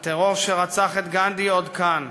הטרור שרצח את גנדי עוד כאן,